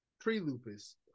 pre-lupus